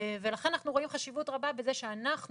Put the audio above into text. לכן אנחנו רואים חשיבות רבה בזה שאנחנו